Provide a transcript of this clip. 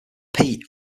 pete